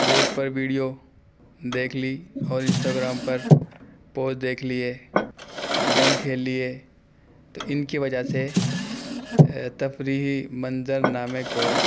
vote پر video دیکھ لی اور انسٹاگرام پر پوسٹ دیکھ لیے گیم کھیل لیے تو ان کی وجہ سے تفریحی منظرنامے کو